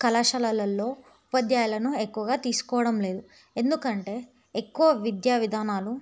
కళాశాలల్లో ఉపాధ్యాయులను ఎక్కువగా తీసుకోవడం లేదు ఎందుకంటే ఎక్కువ విద్యా విధానాలు